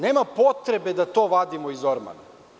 Nema potrebe da to vadimo iz ormana.